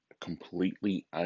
completely